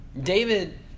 David